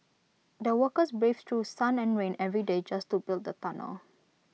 the workers braved through sun and rain every day just to build the tunnel